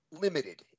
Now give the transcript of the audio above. limited